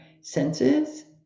senses